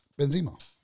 Benzema